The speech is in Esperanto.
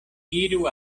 iru